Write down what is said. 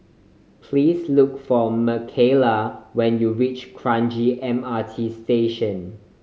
please look for Mckayla when you reach Kranji M R T Station